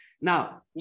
Now